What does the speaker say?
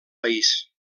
país